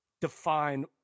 define